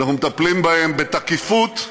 אנחנו מטפלים בהם בתקיפות,